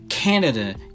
Canada